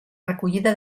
recollida